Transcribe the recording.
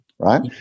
right